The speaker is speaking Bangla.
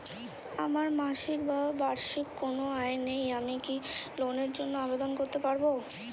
আমার মাসিক বা বার্ষিক কোন আয় নেই আমি কি লোনের জন্য আবেদন করতে পারব?